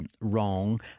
wrong